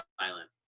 silent